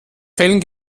fällen